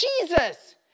Jesus